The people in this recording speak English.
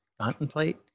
contemplate